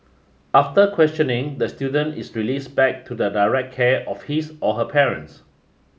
after questioning the student is released back to the direct care of his or her parents